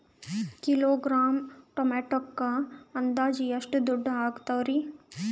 Kilogram ಟೊಮೆಟೊಕ್ಕ ಅಂದಾಜ್ ಎಷ್ಟ ದುಡ್ಡ ಅಗತವರಿ?